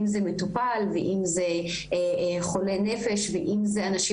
אם זה מטופל ואם זה חולה נפש ואם זה אנשים